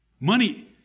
Money